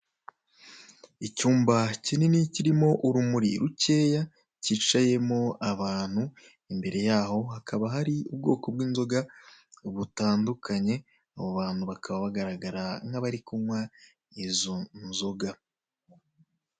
Icyumba kinini kirimo urumuri rukeya, cyicayemo abantu. Imbere yabo hakaba hari ubwoko bw'inzoga butandukanye, abo bantu bakaba bagaragara nk'abari kunywa izo nzoga.